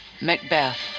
Macbeth